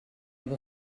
oedd